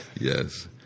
Yes